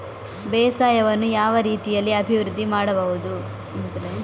ಬೇಸಾಯವನ್ನು ಯಾವ ರೀತಿಯಲ್ಲಿ ಅಭಿವೃದ್ಧಿ ಮಾಡಬಹುದು?